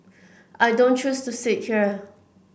I don't choose to sit here